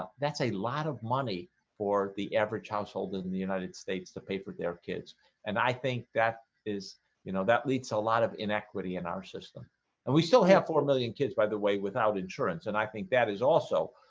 ah that's a lot of money for the average household in the united states to pay for their kids and i think that is you know that leads a lot of inequity in our system and we still have four million kids by the way without insurance and i think that is also